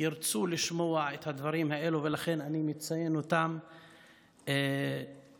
ירצו לשמוע את הדברים האלו, אני מציין אותם כאן.